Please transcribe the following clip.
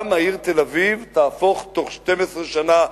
גם העיר תל-אביב תהפוך בתוך 12 שנה,